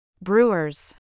Brewers